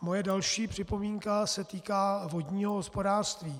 Moje další připomínka se týká vodního hospodářství.